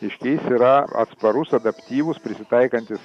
išties yra atsparus adaptyvus prisitaikantis